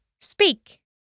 speak